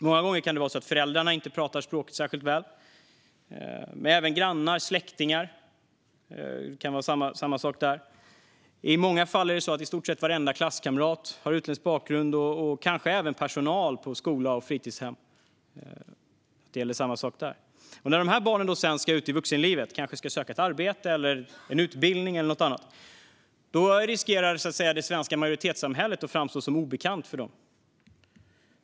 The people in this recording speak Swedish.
Många gånger kan det vara så att föräldrar, grannar och släktingar inte talar språket särskilt väl. I många fall har i stort sett varenda klasskamrat, och kanske även personalen på skola och fritidshem, utländsk bakgrund. När dessa barn ska ut i vuxenlivet och kanske ska söka ett arbete eller en utbildning riskerar det svenska majoritetssamhället att framstå som obekant för dem.